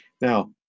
Now